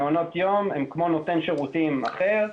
מעונות יום הם כמו נותן שירותים אחר.